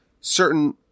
certain